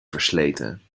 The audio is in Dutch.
versleten